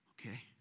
Okay